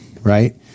right